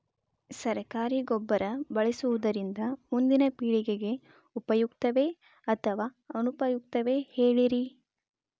ಸರಕಾರಿ ಗೊಬ್ಬರ ಬಳಸುವುದರಿಂದ ಮುಂದಿನ ಪೇಳಿಗೆಗೆ ಉಪಯುಕ್ತವೇ ಅಥವಾ ಅನುಪಯುಕ್ತವೇ ಹೇಳಿರಿ